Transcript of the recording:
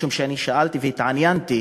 משום ששאלתי והתעניינתי,